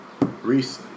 Reese